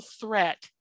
threat